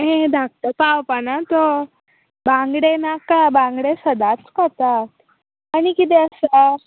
ए धाकटो पावपाना तो बांगडे नाका बांगडे सदांच खातात आानी कितें आसा